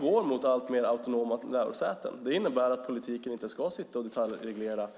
går mot alltmer autonoma lärosäten. Det innebär att politiken inte ska detaljreglera.